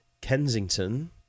Kensington